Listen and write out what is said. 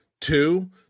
Two